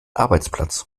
arbeitsplatz